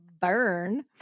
burn